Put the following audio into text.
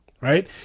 right